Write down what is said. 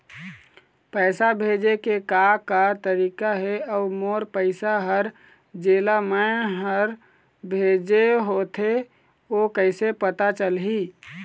पैसा भेजे के का का तरीका हे अऊ मोर पैसा हर जेला मैं हर भेजे होथे ओ कैसे पता चलही?